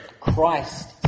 Christ